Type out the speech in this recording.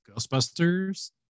ghostbusters